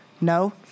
No